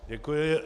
Děkuji.